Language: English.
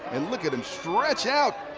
and look at him stretch out.